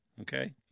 okay